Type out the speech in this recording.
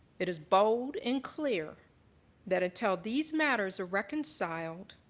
it is bold and clear that until these matters are reconciled,